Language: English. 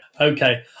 Okay